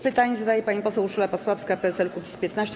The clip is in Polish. Pytanie zadaje pani poseł Urszula Pasławska, PSL-Kukiz15.